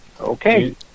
Okay